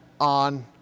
on